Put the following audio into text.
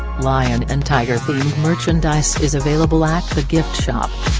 lion and tiger-themed merchandise is available at the gift shop.